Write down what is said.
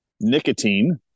nicotine